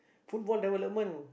football development